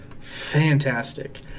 fantastic